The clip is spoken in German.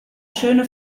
schöne